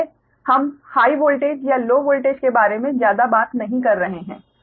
इसलिए हम high voltage या लो वोल्टेज के बारे में ज्यादा बात नहीं कर रहे हैं